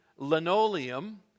linoleum